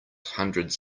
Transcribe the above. hundreds